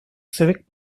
civic